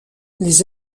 les